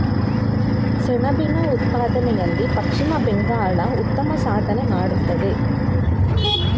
ಸೆಣಬಿನ ಉತ್ಪಾದನೆಯಲ್ಲಿ ಪಶ್ಚಿಮ ಬಂಗಾಳ ಉತ್ತಮ ಸಾಧನೆ ಮಾಡತ್ತದೆ